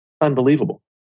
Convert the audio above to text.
Unbelievable